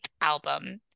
album